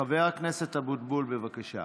חבר הכנסת אבוטבול, בבקשה.